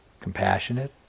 compassionate